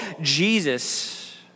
Jesus